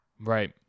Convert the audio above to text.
right